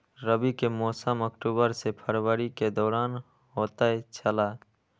रबी के मौसम अक्टूबर से फरवरी के दौरान होतय छला